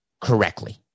correctly